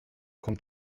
kommt